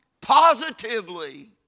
positively